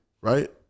right